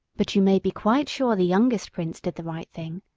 but you may be quite sure the youngest prince did the right thing.